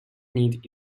need